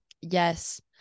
yes